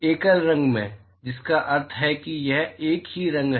एकल रंग में जिसका अर्थ है कि यह एक ही रंग है